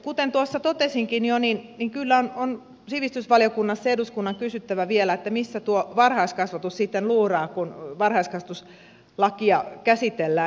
kuten tuossa totesinkin jo niin kyllä on sivistysvaliokunnassa eduskunnan kysyttävä vielä että missä tuo varhaiskasvatus sitten luuraa kun varhaiskasvatuslakia käsitellään